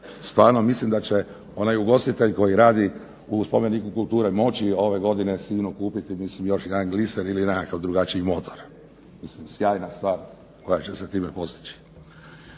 Stvarno mislim da će onaj ugostitelj koji radi u spomeniku kulture moći ove godine sigurno kupiti mislim još jedan gliser ili nekakav drugačiji motor. Mislim sjajna stvar koja će se time postići.